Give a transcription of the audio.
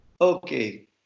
Okay